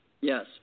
Yes